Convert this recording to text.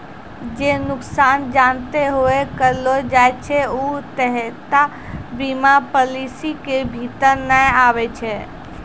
जे नुकसान जानते हुये करलो जाय छै उ देयता बीमा पालिसी के भीतर नै आबै छै